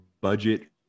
budget